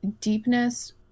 deepness